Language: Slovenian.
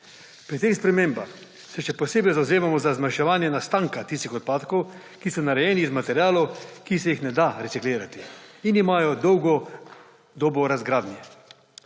Pri teh spremembah se še posebej zavzemamo za zmanjševanje nastanka tistih odpadkov, ki so narejeni iz materialov, ki se jih ne da reciklirati in imajo dolgo dobo razgradnje.